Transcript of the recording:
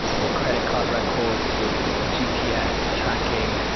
your credit card records, your g p s. tracking.